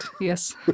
Yes